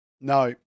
No